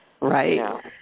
right